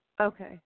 Okay